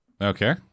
Okay